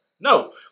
No